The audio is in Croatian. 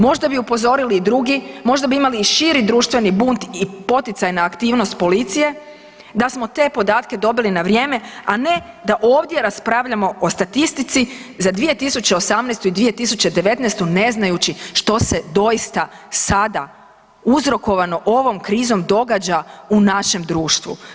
Možda bi upozorili i drugi, možda bi imali i širi društveni bunt i poticajnu aktivnost policije da smo te podatke dobili na vrijeme, a ne da ovdje raspravljamo o statistici za 2018. i 2019. ne znajući što se doista sada uzrokovano ovom krizom događa u našem društvu.